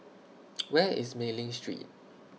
Where IS Mei Ling Street